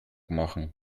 machen